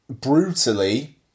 brutally